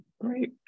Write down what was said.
great